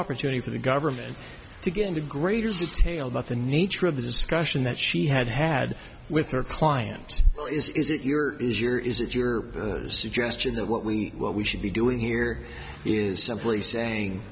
opportunity for the government to get into greater detail about the nature of the discussion that she had had with her client well is it your is your is it your suggestion that what we what we should be doing here is simply saying